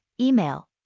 email